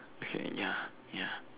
okay ya